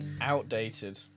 Outdated